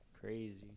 crazy